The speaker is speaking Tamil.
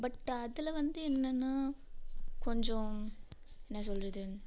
பட் அதில் வந்து என்னன்னால் கொஞ்சம் என்ன சொல்கிறது